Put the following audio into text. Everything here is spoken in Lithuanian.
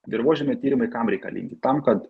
dirvožemio tyrimai kam reikalingi tam kad